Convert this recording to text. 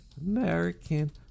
American